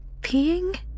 peeing